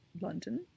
London